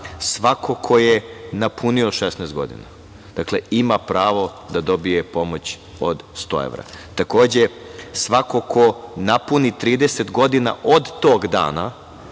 svako ko je napunio 16 godina ima pravo da dobije pomoć od 100 evra. Takođe, svako ko napuni 30 godina od tog dana